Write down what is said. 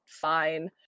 fine